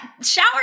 shower